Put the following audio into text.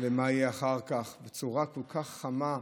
ועל מה שיהיה אחר כך, בצורה כל כך חמה.